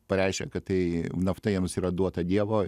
pareiškė kad tai nafta jiems yra duota dievo